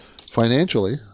financially